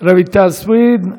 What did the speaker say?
רויטל סויד.